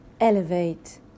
Elevate